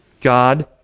god